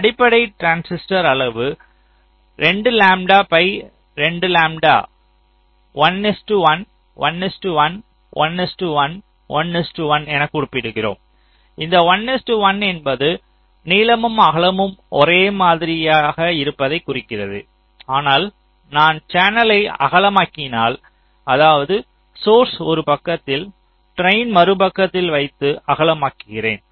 அடிப்படை டிரான்சிஸ்டர் அளவு 2 lambda by 2 lambda 11 11 11 11 என குறிப்பிடுகிறோம் இந்த 11 என்பது நீளமும் அகலமும் ஒரே மாதிரியாக இருப்பதைக் குறிக்கிறது ஆனால் நான் சேனலை அகலமாக்கினால் அதாவது சோர்ஸ் ஒரு பக்கத்தில் ட்ரைன் மறு பக்கத்தில் வைத்து அகலமாக்குகிறேன்